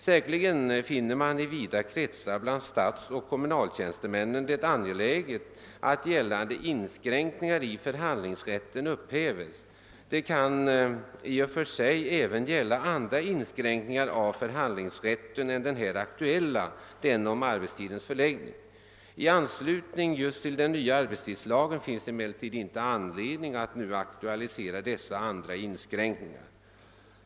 Säkerligen finner man det i vida kretsar bland statsoch kommunaltjänstemän angeläget att den gällande inskränkningen i förhandlingsrätten upphäves. Det kan i och för sig även gälla andra inskränkningar av förhandlingsrätten än den aktuella om arbetstidens förläggning. I anslutning till just den nya arbetstidslagen finns emellertid inte anledning att nu aktualisera dessa andra inskränkningar.